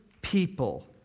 people